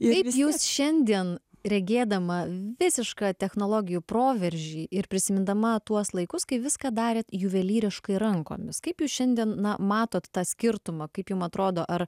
jeigu jūs šiandien regėdama visišką technologijų proveržį ir prisimindama tuos laikus kai viską darėt juvelyriškai rankomis kaip jūs šiandien na matot tą skirtumą kaip jum atrodo ar